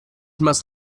must